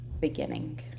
beginning